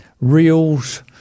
reels